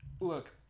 look